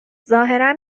ظاهرا